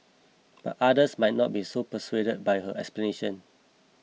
but others might not be so persuaded by her explanation